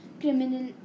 criminal